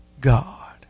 God